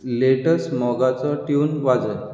latest मोगाचे tunes वाजय